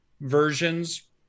versions